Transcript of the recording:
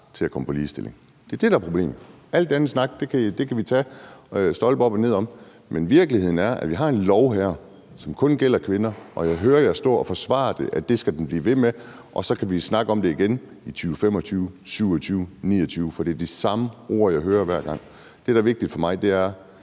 til ligestilling – det er det, der er problemet. Al det andet kan vi tale stolpe op og ned om, men virkeligheden er, at vi har en lov, som kun gælder for kvinder. Og jeg hører jer stå og forsvare, at det skal den blive ved med, og så kan vi snakke om det igen i 2025, 2027, 2029, for det er de samme ord, jeg hører hver gang. Det, der er vigtigt for mig, er,